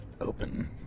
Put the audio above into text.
open